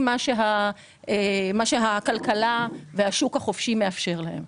מה שהכלכלה והשוק החופשי מאפשרים להם.